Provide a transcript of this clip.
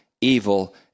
evil